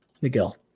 Miguel